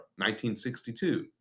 1962